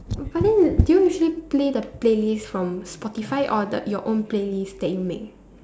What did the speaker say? but then do you usually play the playlist from Spotify or the your own playlist that you make